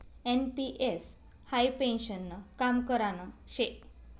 NPS हाई पेन्शननं काम करान शे